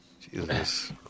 Jesus